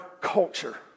culture